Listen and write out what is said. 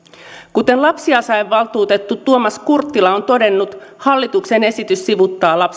kuten lapsiasiavaltuutettu tuomas kurttila on todennut hallituksen esitys sivuuttaa